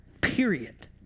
period